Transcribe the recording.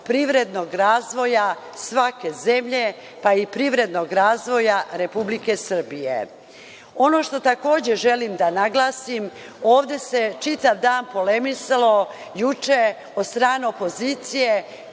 privrednog razvoja svake zemlje, pa i privrednog razvoja Republike Srbije. Ono što takođe želim da naglasim, ovde se čitav dan polemisalo juče od strane opozicije